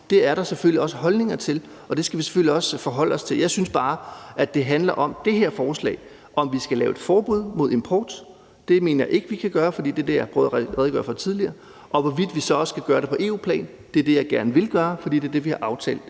det er der selvfølgelig også holdninger til, og at vi selvfølgelig også skal forholde os til det. Jeg synes bare, at det her forslag handler om, om vi skal lave et forbud mod import – det mener jeg ikke vi kan gøre, og det er det, jeg har prøvet at redegøre for tidligere – og hvorvidt vi så også skal gøre det på EU-plan. Det er det, jeg gerne vil gøre, for det er det, vi har aftalt